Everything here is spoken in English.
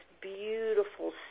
beautiful